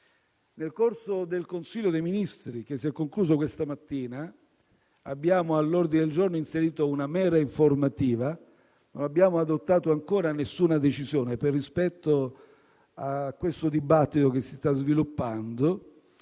Nel corso del Consiglio dei ministri che si è concluso questa mattina abbiamo inserito all'ordine del giorno una mera informativa. Non abbiamo adottato ancora nessuna decisione, per rispetto a questo dibattito che si sta sviluppando.